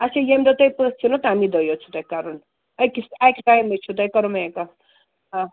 اَچھا ییٚمہِ دۄہ تۄہہِ پٔژھۍ یِنَو تٔمی دۄہ یوت چھُو تۄہہِ کَرُن أکِس اَکہِ ٹایمہٕ چھُو تۄہہِ کَرُن میک اپ آ